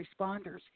responders